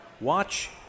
watch